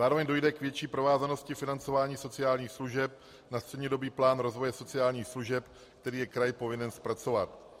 Zároveň dojde k větší provázanosti financování sociálních služeb na střednědobý plán rozvoje sociálních služeb, který je kraj povinen zpracovat.